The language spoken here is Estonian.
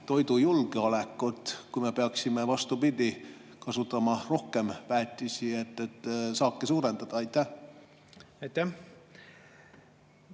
toidujulgeolekut, kui me peaksime, vastupidi, kasutama rohkem väetisi, et saaki suurendada? Aitäh,